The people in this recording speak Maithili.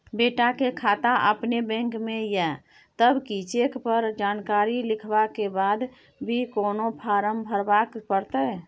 बेटा के खाता अपने बैंक में ये तब की चेक पर जानकारी लिखवा के बाद भी कोनो फारम भरबाक परतै?